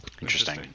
Interesting